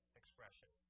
expression